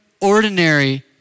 ordinary